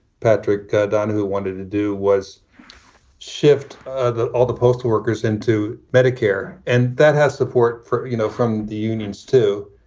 patrick ah don, who wanted to do was shift ah all the postal workers into medicare. and that has support for, you know, from the unions, too,